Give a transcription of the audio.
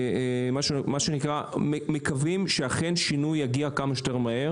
אנחנו מקווים שאכן שינוי יגיע כמה שיותר מהר